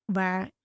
waar